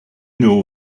know